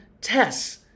tests